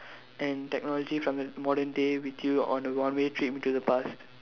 and technology for the modern day with you on a one way trip into the past